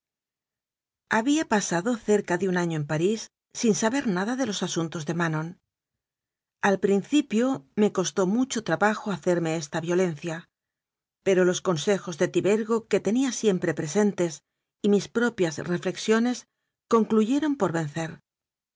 había pasado cerca de un año en parís sin sa ber nada de los asuntos de manon al principio me costó mucho trabajo hacerme esta violencia pero los consejos de tibergo que tenía siempre presen tes y mis propias reflexiones concluyeron por vencer